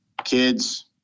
kids